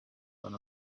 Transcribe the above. than